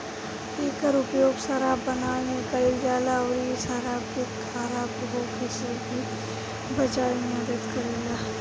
एकर उपयोग शराब बनावे में कईल जाला अउरी इ शराब के खराब होखे से भी बचावे में मदद करेला